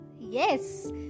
Yes